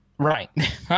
Right